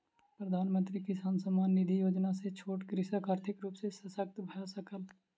प्रधानमंत्री किसान सम्मान निधि योजना सॅ छोट कृषक आर्थिक रूप सॅ शशक्त भअ सकल